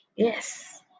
Yes